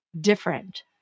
different